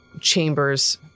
chambers